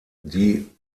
die